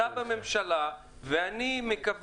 אתה סגן שר הפנים ואתה בממשלה ואני מקווה